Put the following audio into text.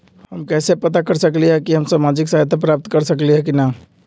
हम कैसे पता कर सकली ह की हम सामाजिक सहायता प्राप्त कर सकली ह की न?